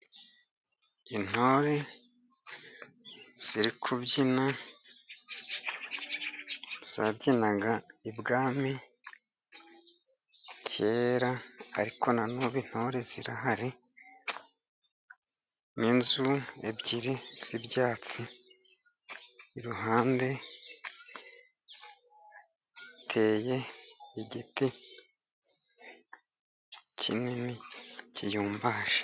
Intore ziri kubyina, zabyinaga i bwami kera, ariko na none intore zirahari; n' inzu ebyiri z' ibyatsi iruhande hateye igiti kinini kirumbaje.